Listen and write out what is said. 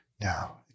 no